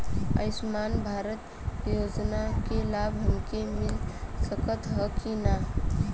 आयुष्मान भारत योजना क लाभ हमके मिल सकत ह कि ना?